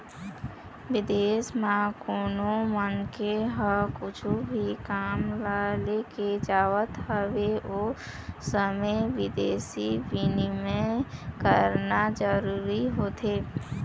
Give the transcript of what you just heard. बिदेस म कोनो मनखे ह कुछु भी काम ल लेके जावत हवय ओ समे बिदेसी बिनिमय कराना जरूरी होथे